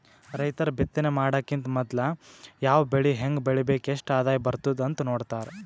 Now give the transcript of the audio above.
ರೈತರ್ ಬಿತ್ತನೆ ಮಾಡಕ್ಕಿಂತ್ ಮೊದ್ಲ ಯಾವ್ ಬೆಳಿ ಹೆಂಗ್ ಬೆಳಿಬೇಕ್ ಎಷ್ಟ್ ಆದಾಯ್ ಬರ್ತದ್ ಅಂತ್ ನೋಡ್ತಾರ್